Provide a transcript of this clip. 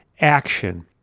action